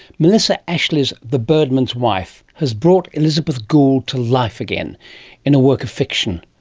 melissa ashley's the birdman's wife has brought elizabeth gould to life again in a work of fiction,